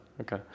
Okay